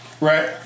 Right